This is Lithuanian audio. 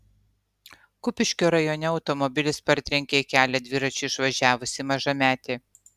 kupiškio rajone automobilis partrenkė į kelią dviračiu išvažiavusį mažametį